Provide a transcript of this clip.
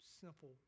simple